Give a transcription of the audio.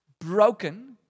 broken